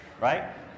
right